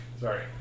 Sorry